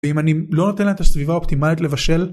ואם אני לא נותן לה את הסביבה האופטימלית לבשל